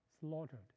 slaughtered